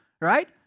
right